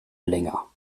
länger